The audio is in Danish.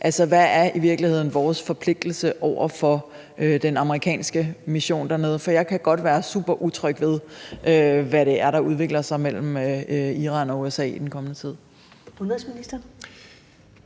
Hvad er i virkeligheden vores forpligtelse over for den amerikanske mission dernede? For jeg kan godt være superutryg ved, hvad det er, der udvikler sig mellem Iran og USA i den kommende tid.